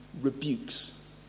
rebukes